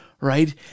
right